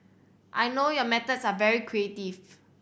I know your methods are very creative